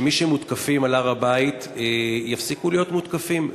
שמי שמותקפים על הר-הבית יפסיקו להיות מותקפים,